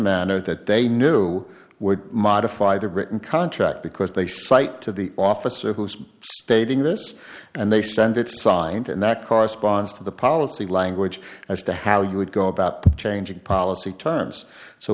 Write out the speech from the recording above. manner that they knew would modify the written contract because they cite to the officer who is stating this and they send it signed and that corresponds to the policy language as to how you would go about changing policy terms so